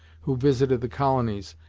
who visited the colonies,